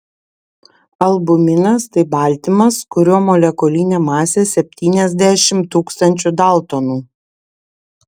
albuminas tai baltymas kurio molekulinė masė septyniasdešimt tūkstančių daltonų